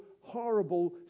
horrible